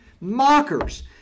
mockers